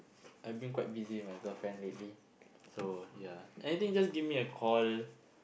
I've been quite busy with my girlfriend lately so ya anything just give me call